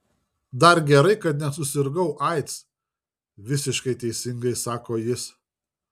dar gerai kad nesusirgau aids visiškai teisingai sako jis